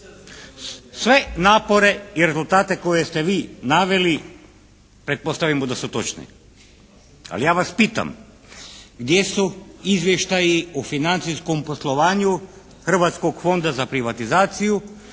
Sve napore i rezultate koje ste vi naveli pretpostavimo da su točni. Ali ja vas pitam gdje su izvještaji o financijskom poslovanju Hrvatskog fonda za privatizaciju